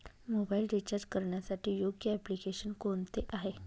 Mobile recharge करण्यासाठी योग्य application कोणते आहे?